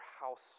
house